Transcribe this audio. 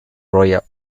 royal